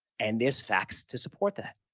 and there's facts to support that.